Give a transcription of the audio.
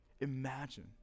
Imagine